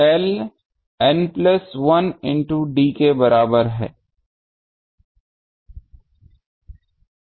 L N plus 1 into d के बराबर है